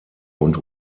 und